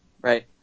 Right